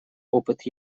опыт